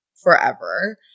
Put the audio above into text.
forever